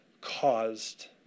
caused